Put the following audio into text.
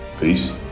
Peace